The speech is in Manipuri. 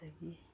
ꯑꯗꯒꯤ